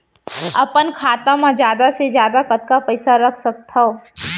अपन खाता मा जादा से जादा कतका पइसा रख सकत हव?